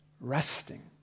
resting